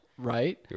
Right